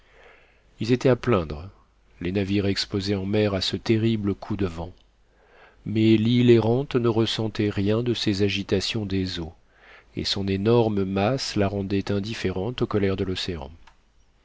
ils étaient à plaindre les navires exposés en mer à ce terrible coup de vent mais l'île errante ne ressentait rien de ces agitations des eaux et son énorme masse la rendait indifférente aux colères de l'océan